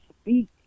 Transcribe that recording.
speak